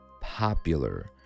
popular